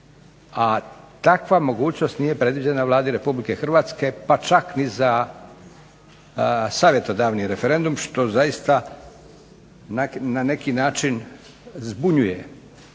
a takva mogućnost nije predviđena Vladi RH pa čak ni za savjetodavni referendum što zaista na neki način zbunjuje.